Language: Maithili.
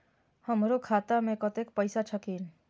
हमरो खाता में कतेक पैसा छकीन?